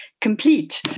complete